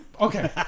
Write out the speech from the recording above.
Okay